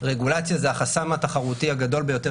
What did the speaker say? רגולציה זה החסם התחרותי הגדול ביותר